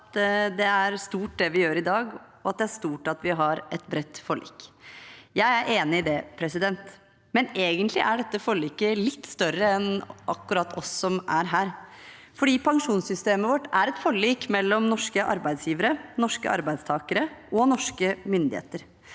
at det er stort det vi gjør i dag, og at det er stort at vi har et bredt forlik. Jeg er enig i det, men egentlig er dette forliket litt større enn akkurat oss som er her, for pensjonssystemet vårt er et forlik mellom norske arbeidsgivere, norske arbeidstakere og norske myndigheter.